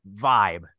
vibe